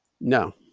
No